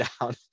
down